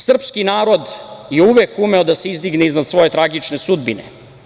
Srpski narod je uvek umeo da se izdigne iznad svoje tragične sudbine.